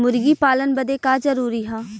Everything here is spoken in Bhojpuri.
मुर्गी पालन बदे का का जरूरी ह?